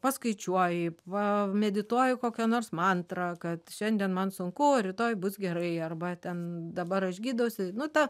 paskaičiuoji va medituoji kokią nors mantrą kad šiandien man sunku o rytoj bus gerai arba ten dabar aš gydausi nu ta